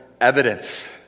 evidence